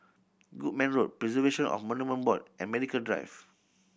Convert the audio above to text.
Goodman Road Preservation of Monument Board and Medical Drive